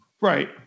Right